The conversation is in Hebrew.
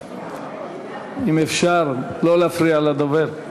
אם אפשר, לא להפריע לדובר.